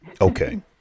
Okay